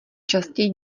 častěji